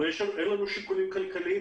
אבל אין לנו שיקולים כלכליים.